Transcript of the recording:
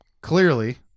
Clearly